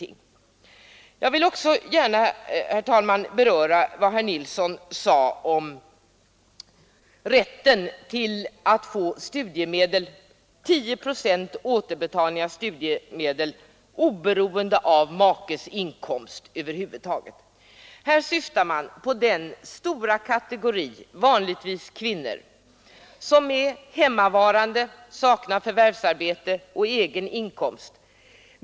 Sedan vill jag också något beröra vad herr Nilsson i Kristianstad sade om rätten till 10 procents återbetalning av studiemedel oberoende av makens inkomst. Här åsyftas den stora kategori människor, vanligtvis hemmavarande kvinnor, som saknar förvärvsarbete och egen inkomst.